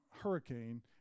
Hurricane